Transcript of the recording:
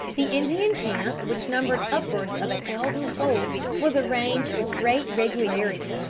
the indian camp, which numbered upwards of a thousand souls, was arranged with great regularity,